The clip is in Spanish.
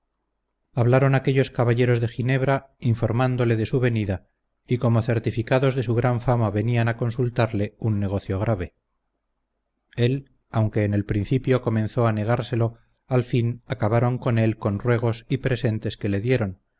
hablaron aquellos caballeros de ginebra informándole de su venida y como certificados de su gran fama venían a consultarle un negocio grave él aunque en el principio comenzó a negárselo al fin acabaron con él con ruegos y presentes que le dieron